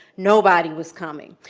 nobody was coming.